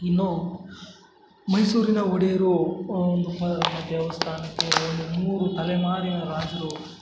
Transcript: ಇನ್ನೂ ಮೈಸೂರಿನ ಒಡೆಯರು ಒಂದು ದೇವಸ್ಥಾನಕ್ಕೆ ಒಂದು ಮೂರು ತಲೆಮಾರಿನ ರಾಜರು